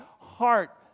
heart